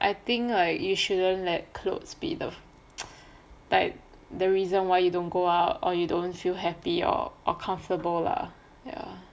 I think like you shouldn't let clothes be the like the reason why you don't go out or you don't feel happy or or comfortable lah